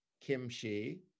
kimchi